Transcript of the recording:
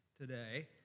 today